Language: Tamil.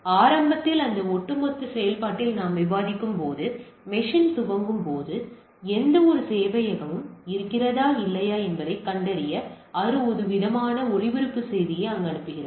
ஆரம்பத்தில் அந்த ஒட்டுமொத்த செயல்பாட்டில் நாம் விவாதிக்கும்போது மெஷின் துவங்கும் போது எந்தவொரு சேவையகமும் இருக்கிறதா இல்லையா என்பதைக் கண்டறிய அது ஒருவிதமான ஒளிபரப்பு செய்தியை அங்கு அனுப்புகிறது